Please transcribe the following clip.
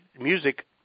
music